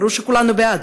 ברור שכולנו בעד,